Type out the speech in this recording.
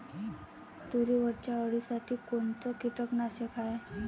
तुरीवरच्या अळीसाठी कोनतं कीटकनाशक हाये?